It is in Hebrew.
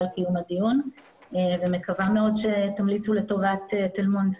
על קיום הדיון ומקווה מאוד שתמליצו לטובת תל מונד.